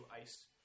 ice